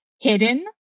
hidden